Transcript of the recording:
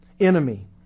enemy